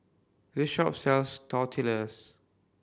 this shop sells Tortillas